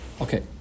Okay